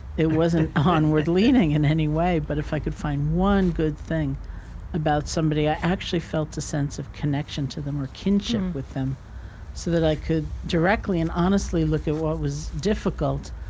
it wasn't onward leading in any way but if i could find one good thing about somebody, i actually felt a sense of connection to them or kinship with them so that i could directly and honestly look at what was difficult,